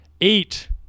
Eight